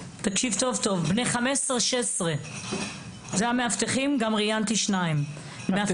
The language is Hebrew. בני 15-16. אלה היו המאבטחים וגם ראיינתי שניים מהם.